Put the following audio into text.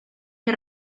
que